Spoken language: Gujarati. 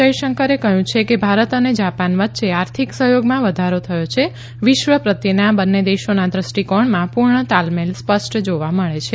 જયશંકરે કહયું છે કે ભારત અને જાપાન વચ્ચે આર્થિક સહયોગમાં વધારો થયો છે વિશ્વ પ્રત્યેના બંને દેશોના દ્રષ્ટીકોણમાં પુર્ણ તાલમેલ સ્પષ્ટ જોવા મળે છે